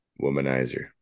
womanizer